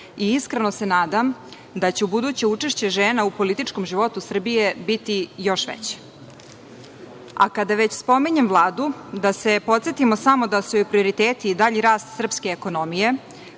Iskreno se nadam da će ubuduće učešće žena u političkom životu Srbije biti još veće. Kada već spominjem Vladu, da se podsetimo samo da su joj prioriteti dalji rast srpske ekonomije,